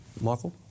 Michael